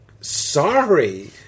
Sorry